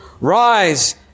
Rise